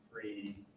free